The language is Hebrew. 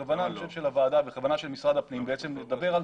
הכוונה של הוועדה והכוונה של משרד הפנים בעצם היא לדבר על